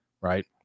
Right